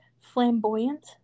flamboyant